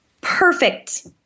Perfect